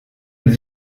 des